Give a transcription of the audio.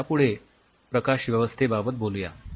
आता यापुढे प्रकाशव्यवस्थेबाबत बोलूया